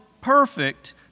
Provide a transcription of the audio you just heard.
perfect